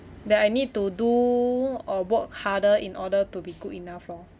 that I need to do or work harder in order to be good enough lor